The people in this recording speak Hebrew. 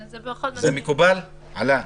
זה מקובל עלא?